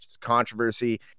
controversy